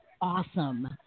Awesome